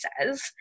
says